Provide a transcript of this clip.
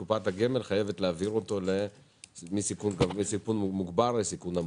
קופת הגמל חייבת להעביר אותו מסיכון מוגבר לסיכון נמוך,